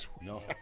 No